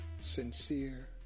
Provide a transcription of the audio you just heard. Sincere